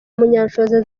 munyanshoza